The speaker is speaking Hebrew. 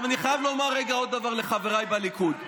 אני חייב לומר עוד דבר לחבריי בליכוד.